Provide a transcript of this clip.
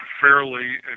fairly